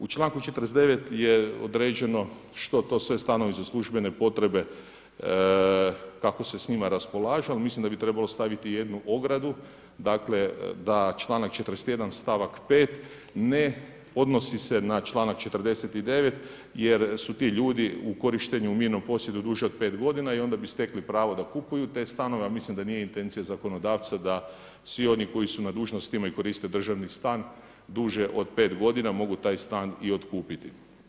U članku 49. je određeno što to sve stanovi za službene potrebe kako se s njima raspolaže, a mislim da bi trebalo staviti jednu ogradu dakle da članak 41. stavak 5. ne odnosi se na članak 49. jer su ti ljudi u korištenju u mirnom posjedu duže od 5 godina i onda bi stekli pravo da kupuju te stanove, ali mislim da nije intencija zakonodavca da svi oni koji su na dužnostima i koriste državni stan duže od 5 godina mogu taj stan i otkupiti.